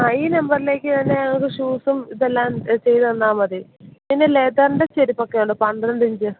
ആ ഈ നമ്പറിലേക്ക് തന്നെ ഒരു ഷൂസും ഇതെല്ലാം ചെയ്ത് തന്നാൽ മതി പിന്നെ ലെതറിൻ്റെ ചെരുപ്പൊക്കെ ഉണ്ടോ പന്ത്രണ്ടിഞ്ച്